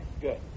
Good